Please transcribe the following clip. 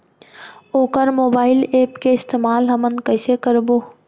वोकर mobile app के इस्तेमाल हमन कइसे करबो?